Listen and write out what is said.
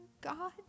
God